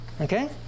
Okay